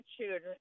children